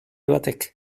batek